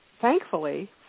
thankfully